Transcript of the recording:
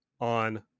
on